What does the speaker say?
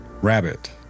Rabbit